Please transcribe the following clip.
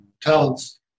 talents